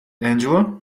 angela